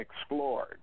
explored